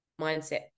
mindset